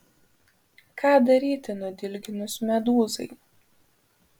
ką daryti nudilginus medūzai